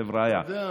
חבריא,